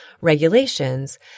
regulations